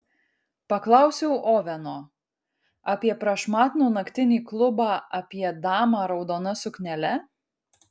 paklausiau oveno apie prašmatnų naktinį klubą apie damą raudona suknele